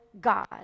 God